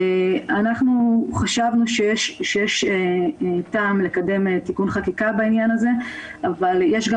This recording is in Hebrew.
אנחנו חשבנו שיש טעם לקדם תיקון חקיקה בעניין הזה אבל יש גם